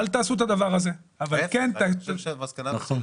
אני רוצה להגיד לך, גם זה